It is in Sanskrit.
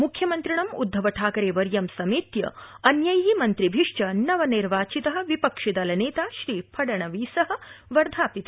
मुख्यमन्त्रिणं उद्धवठाकरेवर्यं समेत्य अन्ये मन्त्रिभिश्व नव निर्वाचित विपक्षिदल नेता श्रीफडणवीस वर्धापित